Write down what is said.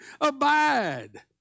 abide